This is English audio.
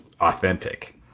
authentic